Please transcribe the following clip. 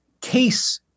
case